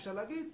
אפשר להגיד,